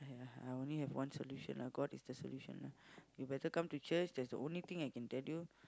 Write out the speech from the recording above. ya I only have one solution ah God is the solution ah you better come to church that is the only thing I can tell you